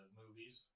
movies